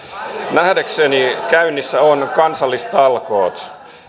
nähdäkseni käynnissä on kansallistalkoot